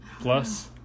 plus